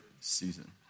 season